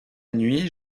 nuit